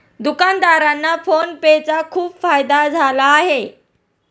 दुकानदारांना PhonePe चा खूप फायदा झाला आहे